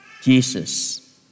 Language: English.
Jesus